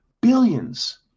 billions